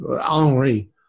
Henri